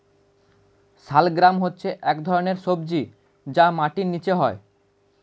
শালগ্রাম হচ্ছে এক ধরনের সবজি যা মাটির নিচে হয়